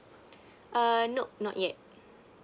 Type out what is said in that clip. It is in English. uh nope not yet